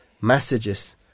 messages